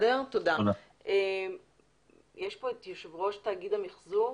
נמצא יושב ראש תאגיד המיחזור?